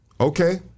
Okay